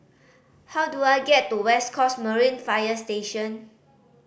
how do I get to West Coast Marine Fire Station